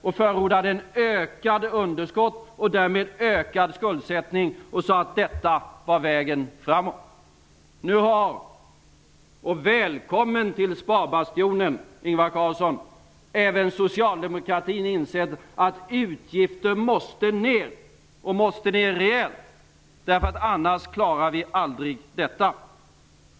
Han förordade ökade underskott och därmed ökad skuldsättning, samtidigt som han sade att detta var vägen framåt. Välkommen till sparbastionen, Ingvar Carlsson! Även socialdemokratin har nu insett att utgifter måste ner, och måste ner rejält. Annars klarar vi aldrig detta.